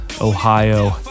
Ohio